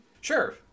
sure